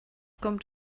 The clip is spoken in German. kommt